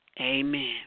Amen